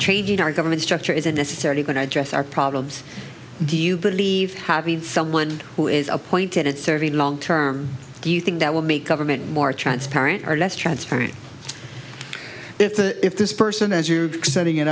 changing our government structure isn't necessarily going to address our problems do you believe having someone who is appointed and serving long term do you think that will make government more transparent or less transparent if the if this person as you setting it